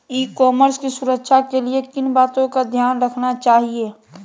ई commerce की सुरक्षा के लिए किन बातों का ध्यान रखना चाहिए?